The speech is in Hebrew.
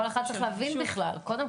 כי כל אחד צריך להבין מה צריך